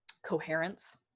coherence